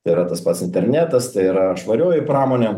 tai yra tas pats internetas tai yra švarioji pramonė